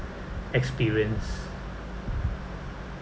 experience